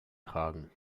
tragen